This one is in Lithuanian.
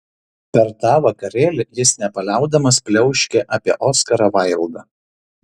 per tą vakarėlį jis nepaliaudamas pliauškė apie oskarą vaildą